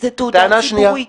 זו תעודה ציבורית.